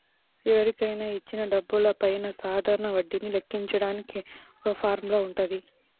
ఎవరికైనా ఇచ్చిన డబ్బులపైన సాధారణ వడ్డీని లెక్కించడానికి ఒక ఫార్ములా వుంటది